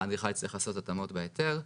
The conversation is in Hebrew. האדריכל יצטרך לעשות התאמות בהיתר,